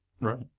Right